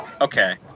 Okay